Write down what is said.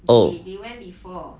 oh